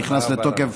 נכנס לתוקף